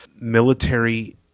military